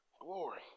glory